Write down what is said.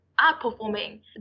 outperforming